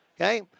Okay